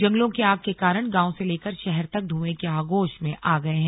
जंगलों की आग के कारण गांव से लेकर शहर तक धुएं की आगोश में आ गए हैं